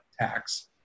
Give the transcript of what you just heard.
tax